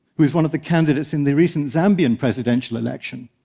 who was one of the candidates in the recent zambian presidential election.